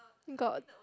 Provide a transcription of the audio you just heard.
got